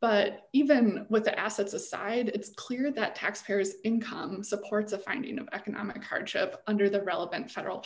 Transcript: but even with the assets aside it's clear that taxpayers income supports a finding of economic hardship under the relevant federal